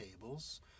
tables